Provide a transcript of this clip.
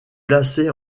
placée